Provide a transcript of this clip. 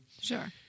Sure